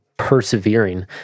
persevering